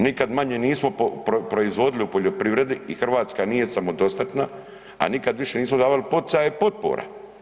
Nikad manje nismo proizvodili u poljoprivredi i Hrvatska nije samodostatna a nikad više nismo davali poticaje i potpora.